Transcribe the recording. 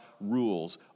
rules